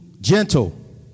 gentle